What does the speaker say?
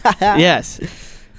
Yes